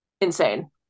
Insane